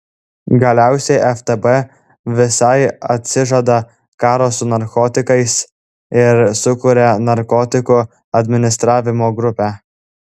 galiausiai ftb visai atsižada karo su narkotikais ir sukuria narkotikų administravimo grupę